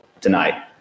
tonight